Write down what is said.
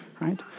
right